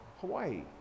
Hawaii